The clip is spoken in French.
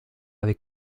avec